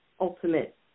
ultimate